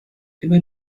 über